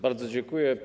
Bardzo dziękuję.